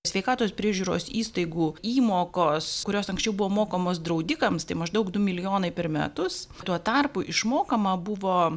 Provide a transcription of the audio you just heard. sveikatos priežiūros įstaigų įmokos kurios anksčiau buvo mokamos draudikams tai maždaug du milijonai per metus tuo tarpu išmokama buvo